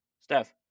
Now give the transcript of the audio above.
Steph